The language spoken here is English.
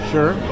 Sure